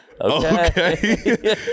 okay